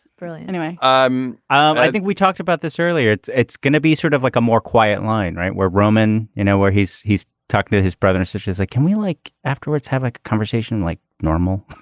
really anyway um i think we talked about this earlier. it's it's gonna be sort of like a more quiet line right where roman you know where he's he's talking to his brother such as a can we like afterwards have a conversation like normal.